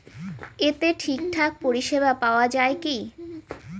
এতে ঠিকঠাক পরিষেবা পাওয়া য়ায় কি?